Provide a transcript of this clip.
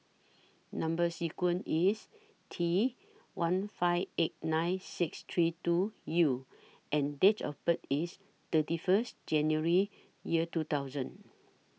Number sequence IS T one five eight nine six three two U and Date of birth IS thirty First January Year two thousand